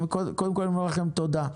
קודם כל, אני אומר לכם תודה.